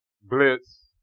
blitz